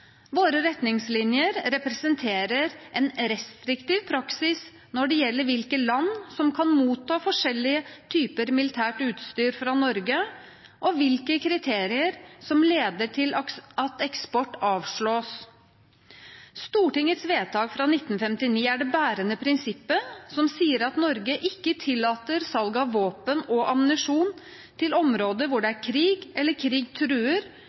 Våre retningslinjer representerer en restriktiv praksis når det gjelder hvilke land som kan motta forskjellige typer militært utstyr fra Norge, og hvilke kriterier som leder til at eksport avslås. Stortingets vedtak fra 1959 er det bærende prinsippet, som sier at Norge ikke tillater «salg av våpen og ammunisjon til områder hvor det er krig eller krig truer,